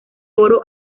oro